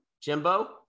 jimbo